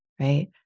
right